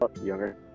younger